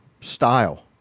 style